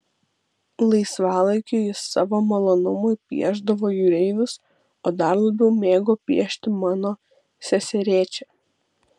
laisvalaikiu jis savo malonumui piešdavo jūreivius o dar labiau mėgo piešti mano seserėčią